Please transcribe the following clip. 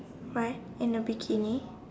right in a bikini